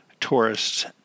tourists